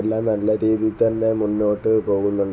എല്ലാം നല്ല രീതിയിൽ തന്നെ മുന്നോട്ടു പോകുന്നുണ്ട്